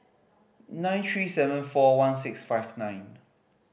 nine three seven four one six five nine